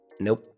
Nope